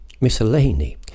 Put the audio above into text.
miscellany